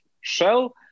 Shell